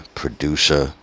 producer